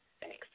Thanks